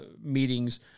meetings